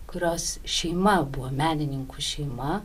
kurios šeima buvo menininkų šeima